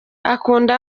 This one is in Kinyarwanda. akunda